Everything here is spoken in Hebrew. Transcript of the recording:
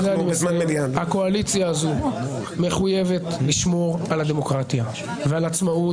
הקואליציה הזו מחויבת לשמור על הדמוקרטיה ועל עצמאות